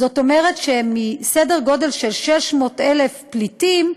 זאת אומרת שמסדר גודל של 600,000 פליטים,